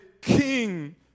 king